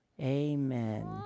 Amen